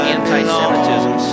Anti-Semitism